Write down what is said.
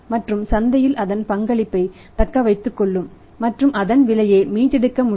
மற்றும் சந்தையில் அதன் பங்களிப்பை தக்க வைத்துக்கொள்ளும் மற்றும் அதன் விலையை மீட்டெடுக்க முடியும்